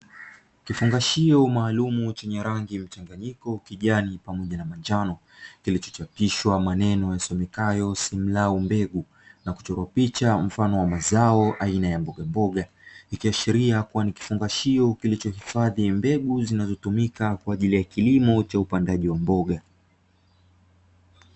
Kifungashio maalum chenye rangi mchanganyiko kijani pamoja na manjano, kilichochapishwa maneno yalisomekayo "Simlaw mbegu" na kuchorwa picha mfano wa mazao aina ya mbogamboga, ikiashiria kuwa ni kifungashio kilichohifadhi mbegu zinazotumika kwa ajili ya kilimo cha upandaji wa mboga.